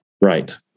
Right